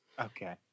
Okay